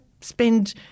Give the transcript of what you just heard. Spend